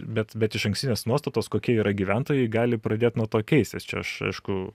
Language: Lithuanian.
bet bet išankstinės nuostatos kokie yra gyventojai gali pradėt nuo to keisis čia aš aišku